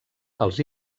els